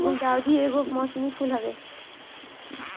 गुलदाउदी एगो मौसमी फूल हवे